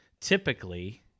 typically